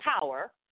power